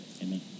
Amen